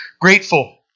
grateful